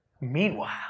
Meanwhile